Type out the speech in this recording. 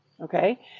Okay